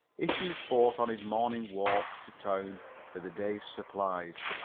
issued forth on his morning walk to town for the day's supplies.